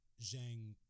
Zhang